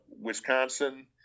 Wisconsin